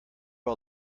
all